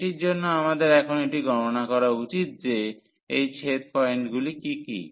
এটির জন্য আমাদের এখন এটি গণনা করা উচিত যে এই ছেদ পয়েন্টগুলি কী কী